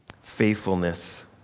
faithfulness